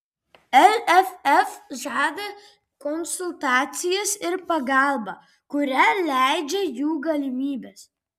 lff žada konsultacijas ir pagalbą kurią leidžia jų galimybės